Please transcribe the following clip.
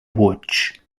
watch